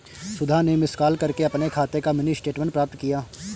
सुधा ने miss call करके अपने खाते का मिनी स्टेटमेंट प्राप्त किया